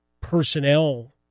personnel